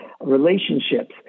relationships